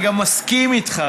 אני גם מסכים איתך,